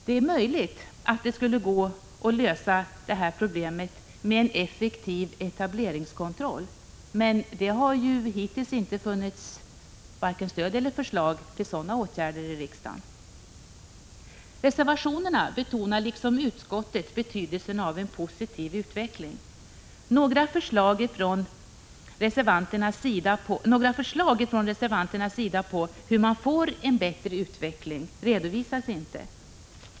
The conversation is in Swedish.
Det är möjligt att det skulle gå att lösa problemet genom en effektiv etableringskontroll, men det har hittills inte funnits vare sig stöd för eller förslag till sådana åtgärder i riksdagen. I reservationerna betonar man, liksom utskottet, betydelsen av en positiv utveckling. Några förslag från reservanternas sida på hur man får en bättre utveckling redovisas inte.